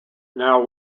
now